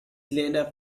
lena